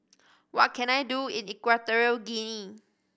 what can I do in Equatorial Guinea